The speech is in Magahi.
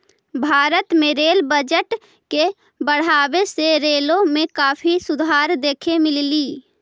भारत में रेल बजट के बढ़ावे से रेलों में काफी सुधार देखे मिललई